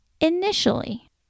Initially